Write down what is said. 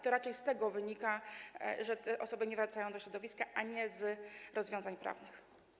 To raczej z tego wynika, że te osoby nie wracają do środowiska, a nie z rozwiązań prawnych.